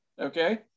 Okay